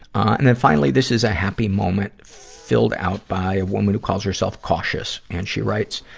and then, finally this is a happy moment, filled out by a woman who calls herself cautious, and she writes,